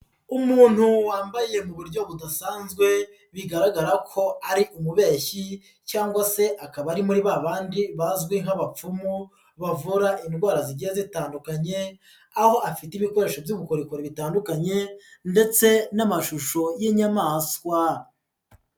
Umuntu wambaye mu buryo budasanzwe bigaragara ko ari umubeshyi cyangwa se akaba ari muri ba bandi bazwi nk'abapfumu bavura indwara zigiye zitandukanye aho afite ibikoresho by'ubukorikori bitandukanye ndetse n'amashusho y'inyamaswa.